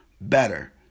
better